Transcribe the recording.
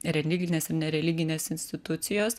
religinės ir nereliginės institucijos